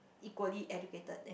equally educated as